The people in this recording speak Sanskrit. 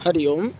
हरिः ओम्